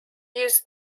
used